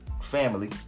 family